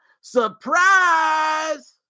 Surprise